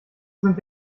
sind